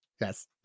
Yes